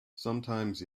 sometimes